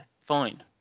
fine